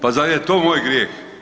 Pa zar je to moj grijeh?